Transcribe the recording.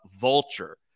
Vulture